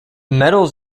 medals